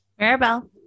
Maribel